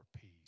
peace